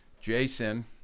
Jason